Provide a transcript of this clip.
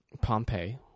Pompeii